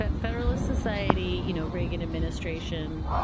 but federalist society, you know reagan administration.